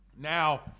Now